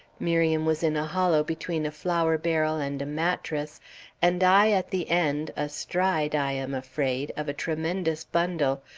miriam was in a hollow between a flour barrel and a mattress and i at the end, astride, i am afraid, of a tremendous bundle,